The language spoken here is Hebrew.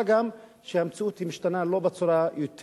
מה גם שהמציאות משתנה לא בצורה יותר